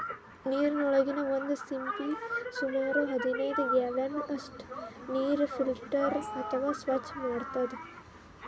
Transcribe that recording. ನೀರಿನೊಳಗಿನ್ ಒಂದ್ ಸಿಂಪಿ ಸುಮಾರ್ ಹದನೈದ್ ಗ್ಯಾಲನ್ ಅಷ್ಟ್ ನೀರ್ ಫಿಲ್ಟರ್ ಅಥವಾ ಸ್ವಚ್ಚ್ ಮಾಡ್ತದ್